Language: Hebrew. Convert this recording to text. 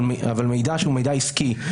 אבל מידע שהוא מידע עסקי,